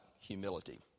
humility